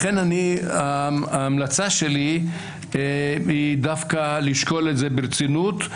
לכן ההמלצה שלי היא דווקא לשקול את זה ברצינות.